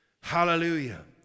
Hallelujah